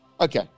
Okay